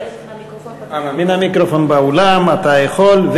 מן המיקרופון באולם אתה יכול.